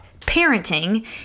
parenting